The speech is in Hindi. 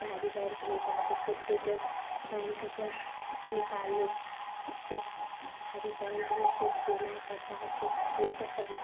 भारी बैंक में जाओ तो चेक देके बैंक का निकाल लो चेक भारी बैंक में चेक देना पड़ता है चेक देके तब